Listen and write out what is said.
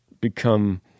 become